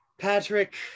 Patrick